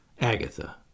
Agatha